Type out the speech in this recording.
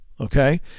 okay